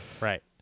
right